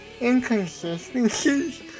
inconsistencies